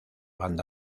banda